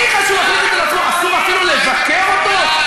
אסור אפילו לבקר אותו?